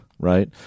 right